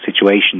situation